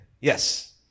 Yes